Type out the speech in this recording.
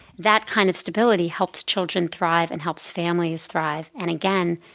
that kind of stability helps children thrive and helps families thrive. and again,